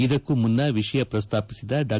ಇದಕ್ಕೂ ಮುನ್ನ ವಿಷಯ ಪ್ರಸ್ತಾಪಿಸಿದ ಡಾ